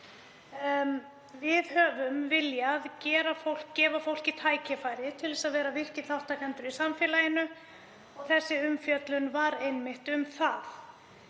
Við höfum viljað gefa fólki tækifæri til að vera virkir þátttakendur í samfélaginu og þessi umfjöllun var einmitt um það.